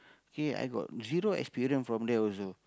K I got zero experience from that also